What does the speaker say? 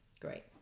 great